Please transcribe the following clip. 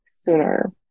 sooner